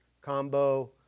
combo